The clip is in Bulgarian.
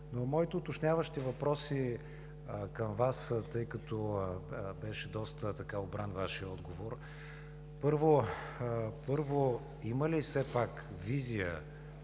Имам уточняващи въпроси към Вас, тъй като беше доста обран Вашият отговор. Първо, има ли все пак визия,